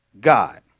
God